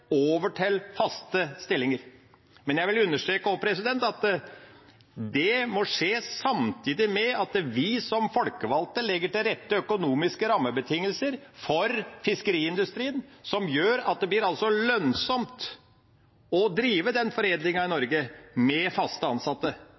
til faste stillinger. Jeg vil understreke at det må skje samtidig med at vi som folkevalgte legger til rette økonomiske rammebetingelser for fiskeriindustrien som gjør at det blir lønnsomt å drive foredlingen i Norge med fast ansatte. Her er det store oppgaver i